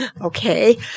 okay